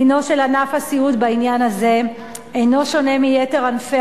דינו של ענף הסיעוד בעניין הזה אינו שונה מיתר ענפי